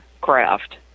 craft